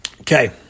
Okay